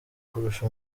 kurusha